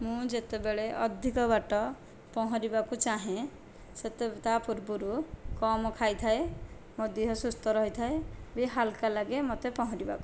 ମୁଁ ଯେତେବେଳେ ଅଧିକ ବାଟ ପହଁରିବାକୁ ଚାହେଁ ସେତେ ତା ପୁର୍ବରୁ କମ ଖାଇଥାଏ ମୋ ଦେହ ସୁସ୍ଥ ରହିଥାଏ ବି ହାଲ୍କା ଲାଗେ ମୋତେ ପହଁରିବାକୁ